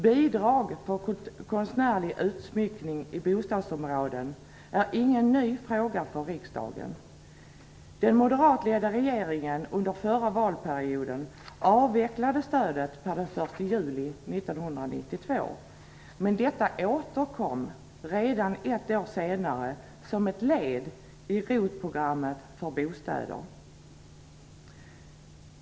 Bidrag för konstnärlig utsmyckning i bostadsområden är ingen ny fråga för riksdagen. Den moderatledda regeringen avvecklade under förra valperioden stödet den 1 juli 1992, men detta återkom redan ett år senare som ett led i ROT-programmet för bostäder.